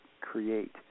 create